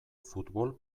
futbol